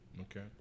Okay